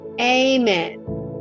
Amen